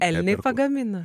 elniai pagamina